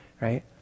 right